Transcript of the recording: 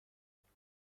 ندهید